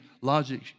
logic